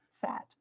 fat